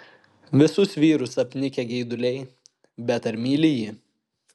visus vyrus apnikę geiduliai bet ar myli jį